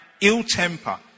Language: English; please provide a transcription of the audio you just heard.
ill-temper